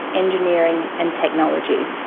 engineering, and technology.